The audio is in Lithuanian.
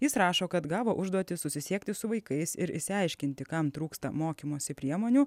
jis rašo kad gavo užduotį susisiekti su vaikais ir išsiaiškinti kam trūksta mokymosi priemonių